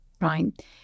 right